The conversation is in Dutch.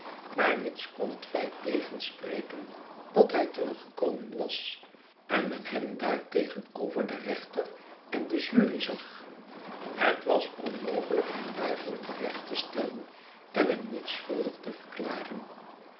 maar niets kon het feit tegenspreken dat hij teruggekomen was en men hem daar tegenover den reenter en de jury zag het was onmogelijk hem daarvoor te recht te stellen en hem niet schuldig te verklaren